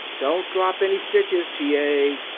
don't drop any stitches, t. a.